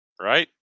right